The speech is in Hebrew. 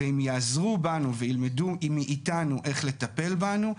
ואם ייעזר בנו וילמדו איתנו איך לטפל בנו,